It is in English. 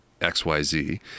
xyz